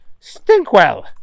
Stinkwell